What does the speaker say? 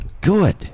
good